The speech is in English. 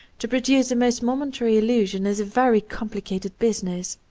to produce the most momentary illusion, is a very complicated business.